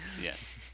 yes